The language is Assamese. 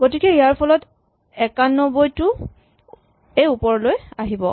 গতিকে ইয়াৰ ফলত ৯১ টো এই ওপৰলৈ আহিব